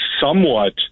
somewhat